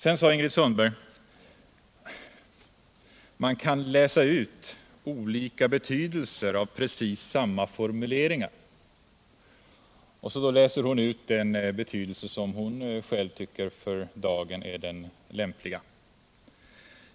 Sedan sade Ingrid Sundberg: Man kan läsa ut olika betydelser av precis samma formuleringar. Så läser hon då ut den betydelse hon själv tycker för dagen är den lämpliga.